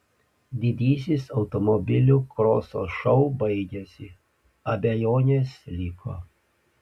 didysis automobilių kroso šou baigėsi abejonės liko